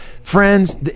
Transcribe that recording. Friends